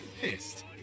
Pissed